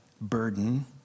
burden